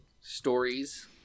stories